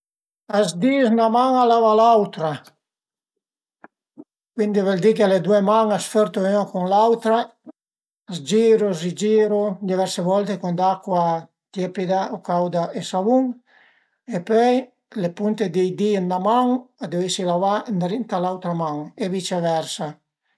A s'dis 'na man a lava l'autra, cuindi a völ di che le due man a s'fërtu l'ün cun l'autra, a s'giru, a s'rigiru diverse volte cun d'acua tiepida o cauda e savun e pöi le punt di di-i dë 'na man a deu esi lavà ëndrinta a l'autra man e viceversa